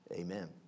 amen